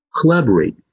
collaborate